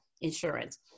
insurance